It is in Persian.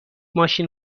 ماشین